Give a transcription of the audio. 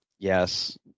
Yes